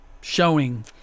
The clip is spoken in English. showing